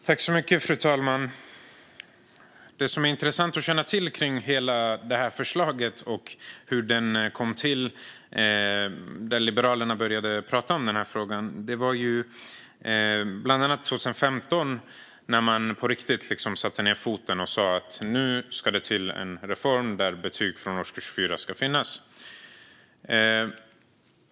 Fru talman! Det finns något som är intressant att känna till kring detta förslag och hur det kom till. Liberalerna började prata om den här frågan 2015, då man på riktigt satte ned foten och sa att det skulle till en reform där betyg från årskurs 4 skulle finnas med.